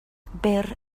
byr